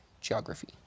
geography